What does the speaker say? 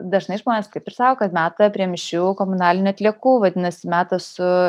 dažnai žmonės taip ir sako kad meta prie mišrių komunalinių atliekų vadinasi meta su